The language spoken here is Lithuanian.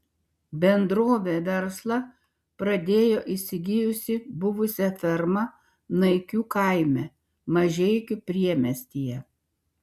bendrovė verslą pradėjo įsigijusi buvusią fermą naikių kaime mažeikių priemiestyje